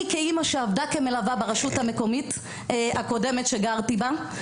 אני כאימא שעבדה כמלווה ברשות המקומית הקודמת שגרתי בה,